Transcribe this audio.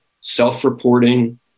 self-reporting